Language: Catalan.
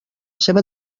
seva